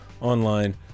online